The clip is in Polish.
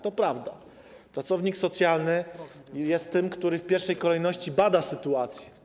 To prawda, pracownik socjalny jest tym, który w pierwszej kolejności bada sytuację.